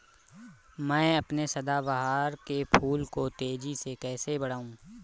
मैं अपने सदाबहार के फूल को तेजी से कैसे बढाऊं?